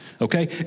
Okay